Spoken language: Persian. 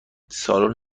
سالن